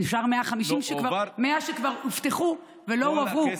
נשארו 100 מיליון שכבר הובטחו ולא הועברו,